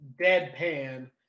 deadpan